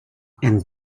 and